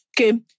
okay